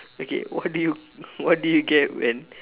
okay what do you what do you get when